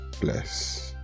bless